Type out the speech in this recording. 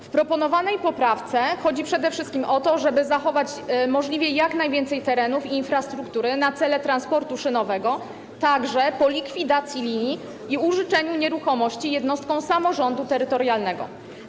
W proponowanej poprawce chodzi przede wszystkim o to, żeby zachować możliwie jak najwięcej terenów i infrastruktury na cele transportu szynowego, także po likwidacji linii i użyczeniu nieruchomości jednostkom samorządu terytorialnego.